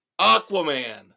Aquaman